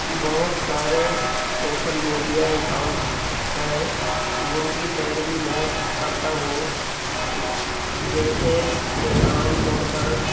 بہت سارے social media accounts ہیں جن کی پیروی میں کرتا ہوں جیسے کہ عام طور پر